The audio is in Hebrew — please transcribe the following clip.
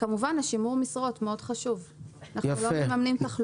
וכמובן שימור המשרות וכך אנחנו לא מממנים תחלופה.